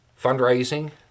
fundraising